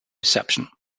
reception